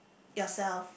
yourself